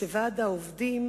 שוועד העובדים,